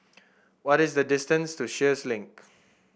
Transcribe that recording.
what is the distance to Sheares Link